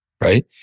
right